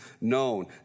known